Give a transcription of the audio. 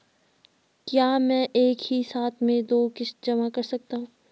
क्या मैं एक ही साथ में दो किश्त जमा कर सकता हूँ?